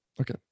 Okay